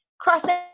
crossing